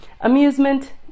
amusement